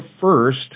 first